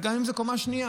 גם אם זה לקומה שנייה.